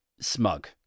smug